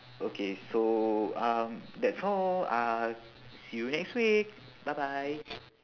okay so um that's all uh see you next week bye bye